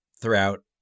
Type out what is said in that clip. throughout